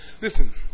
Listen